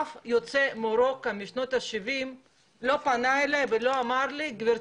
אף יוצא מרוקו משנות ה-70 לא פנה אליי ולא אמר לי: גברתי,